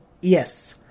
yes